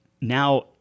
now